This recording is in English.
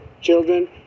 children